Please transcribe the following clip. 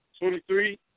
Twenty-three